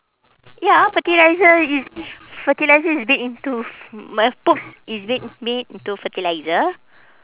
ya fertiliser is fertiliser is bit into f~ mu~ poops is made made into fertiliser